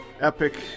epic